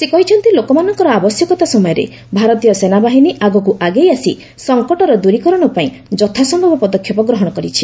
ସେ କହିଛନ୍ତି ଲୋକମାନଙ୍କର ଆବଶ୍ୟକତା ସମୟରେ ଭାରତୀୟ ସେନାବାହିନୀ ଆଗକୁ ଆଗେଇ ଆସି ସଂକଟର ଦୂରୀକରଣ ପାଇଁ ଯଥାସ୍ତ୍ରବ ପଦକ୍ଷେପ ଗ୍ରହଣ କରିଛି